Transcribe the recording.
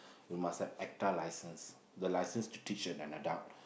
you must have ECDA license the license to teach an adult